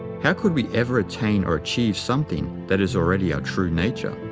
how could we ever attain or achieve something that is already our true nature?